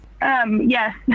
Yes